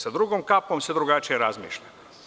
Sa drugom kapom se drugačije razmišlja.